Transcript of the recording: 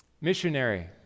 Missionary